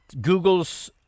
Google's